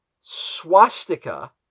swastika